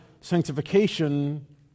sanctification